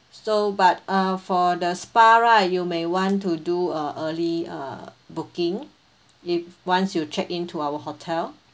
so but uh for the spa right you may want to do a early uh booking if once you checked in to our hotel